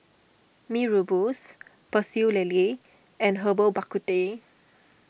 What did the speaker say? Mee Rebus Pecel Lele and Lerbal Bak Ku Teh